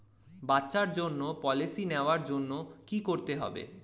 বাচ্চার জন্য পলিসি নেওয়ার জন্য কি করতে হবে?